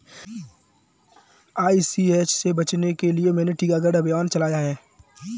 ICH से बचने के लिए मैंने टीकाकरण अभियान चलाया है